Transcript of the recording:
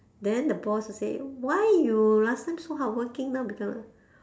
then the boss will say why you last time so hardworking now become like